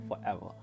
forever